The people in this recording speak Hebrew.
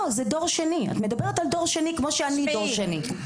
לא, זה דור שני, כמו שאני דור שני.